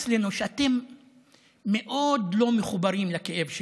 אצלנו, שאתם מאוד לא מחוברים לכאב שלנו.